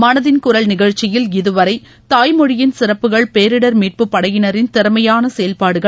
மனதின் குரல் நிகழ்ச்சியில் இதுவரை தாய்மொழியின் சிறப்புகள் பேரிடர் மீட்பு படையினரின் திறமையான செயல்பாடுகள்